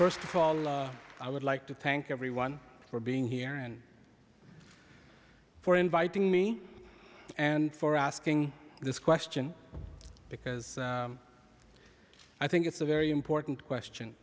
first of all i would like to thank everyone for being here and for inviting me and for asking this question because i think it's a very important question